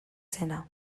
zena